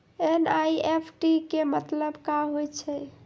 NEFT के मतलब का होव हेय?